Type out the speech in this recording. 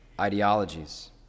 ideologies